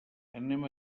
anem